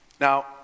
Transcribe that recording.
now